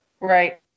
Right